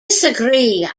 disagree